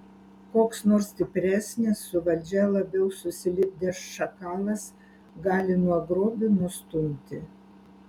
koks nors stipresnis su valdžia labiau susilipdęs šakalas gali nuo grobio nustumti